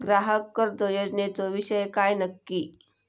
ग्राहक कर्ज योजनेचो विषय काय नक्की?